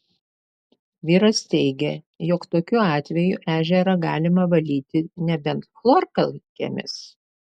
vyras teigė jog tokiu atveju ežerą galima valyti nebent chlorkalkėmis